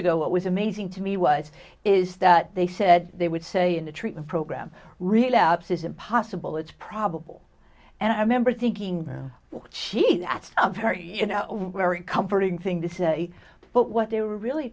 ago it was amazing to me was is that they said they would say in the treatment program relapse is impossible it's probable and i remember thinking that she that's a very very comforting thing to say but what they were really